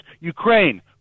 Ukraine